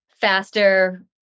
faster